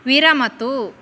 विरमतु